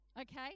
okay